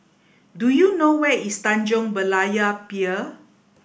do you know where is Tanjong Berlayer Pier